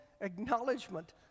acknowledgement